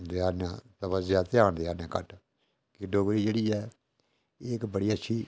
देआ'नै आं ध्यान देआनै आं घट्ट कि डोगरी जेह्ड़ी ऐ एह् इक बड़ी अच्छी